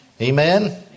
Amen